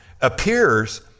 appears